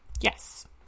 Yes